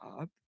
up